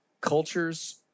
cultures